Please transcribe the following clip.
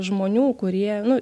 žmonių kurie nu